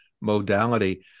modality